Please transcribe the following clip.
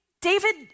David